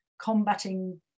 combating